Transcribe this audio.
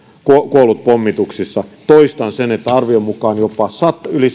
kuollut pommituksissa toistan sen että arvion mukaan jopa yli